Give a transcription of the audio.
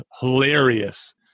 hilarious